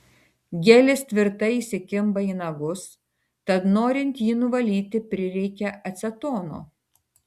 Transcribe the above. gelis tvirtai įsikimba į nagus tad norint jį nuvalyti prireikia acetono